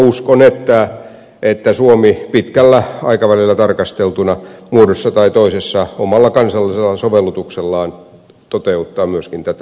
uskon että suomi pitkällä aikavälillä tarkasteltuna muodossa tai toisessa omalla kansallisella sovellutuksellaan toteuttaa myöskin tätä mallia